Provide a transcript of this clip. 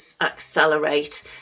accelerate